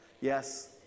Yes